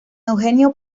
eugenio